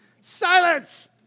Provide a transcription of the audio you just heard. Silence